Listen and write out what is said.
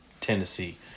Tennessee